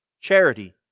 charity